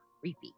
creepy